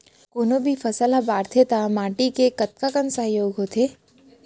कोनो भी फसल हा बड़थे ता माटी के कतका कन सहयोग होथे?